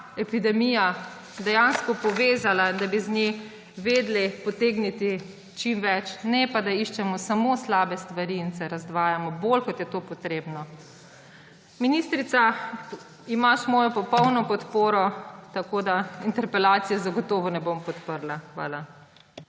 epidemija dejansko povezala in bi iz nje znali potegniti čim več, ne pa da iščemo samo slabe stvari in se razdvajamo bolj, kot je to potrebno. Ministrica, imaš mojo popolno podporo, interpelacije zagotovo ne bom podprla. Hvala.